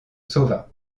sauva